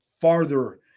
farther